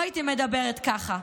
לא הייתי מדברת ככה.